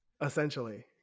Essentially